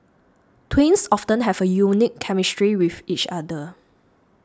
twins often have a unique chemistry with each other